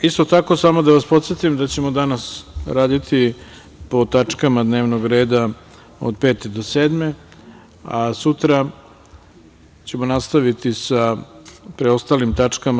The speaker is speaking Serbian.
Isto tako, samo da vas podsetim da ćemo danas raditi po tačkama dnevnog reda od 5. do 7, a sutra ćemo nastaviti sa preostalim tačkama.